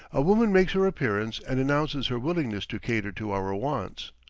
a woman makes her appearance and announces her willingness to cater to our wants.